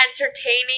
entertaining